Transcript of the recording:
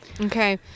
Okay